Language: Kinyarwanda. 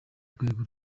rwego